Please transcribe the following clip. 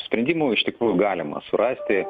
sprendimų iš tikrųjų galima surasti